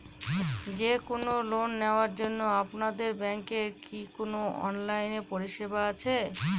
যে কোন লোন নেওয়ার জন্য আপনাদের ব্যাঙ্কের কি কোন অনলাইনে পরিষেবা আছে?